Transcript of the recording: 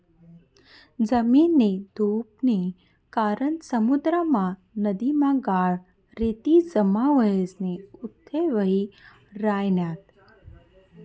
जमीननी धुपनी कारण समुद्रमा, नदीमा गाळ, रेती जमा व्हयीसन उथ्थय व्हयी रायन्यात